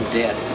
dead